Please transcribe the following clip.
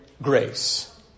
Grace